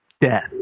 death